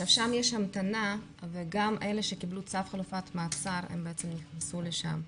שם יש המתנה וגם אלה שקיבלו צו חלופת מעצר נכנסו לשם,